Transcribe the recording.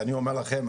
ואני אומר לכם,